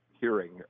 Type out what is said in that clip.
hearing